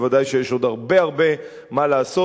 ודאי שיש עוד הרבה הרבה מה לעשות,